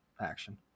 action